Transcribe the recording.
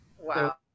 Wow